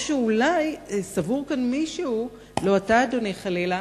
או שאולי סבור כאן מישהו, לא אתה, אדוני, חלילה,